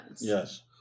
Yes